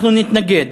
אנחנו נתנגד.